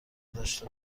داشته